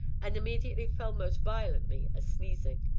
and immediately fell most violently a-sneezing.